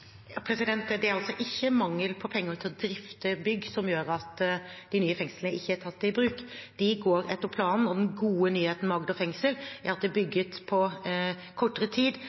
Det er ikke mangel på penger til å drifte bygg som gjør at de nye fengslene ikke er tatt i bruk. De går etter planen, og den gode nyheten med Agder fengsel er at det er bygget på kortere tid